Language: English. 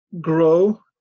grow